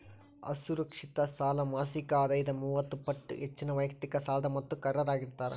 ಅಸುರಕ್ಷಿತ ಸಾಲ ಮಾಸಿಕ ಆದಾಯದ ಮೂವತ್ತ ಪಟ್ಟ ಹೆಚ್ಚಿನ ವೈಯಕ್ತಿಕ ಸಾಲದ ಮೊತ್ತಕ್ಕ ಅರ್ಹರಾಗಿರ್ತಾರ